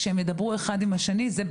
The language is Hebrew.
כשהן תדברנה אחת עם השנייה,